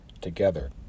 together